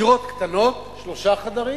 דירות קטנות, של שלושה חדרים,